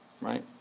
right